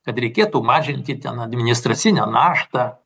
kad reikėtų mažinti ten administracinę naštą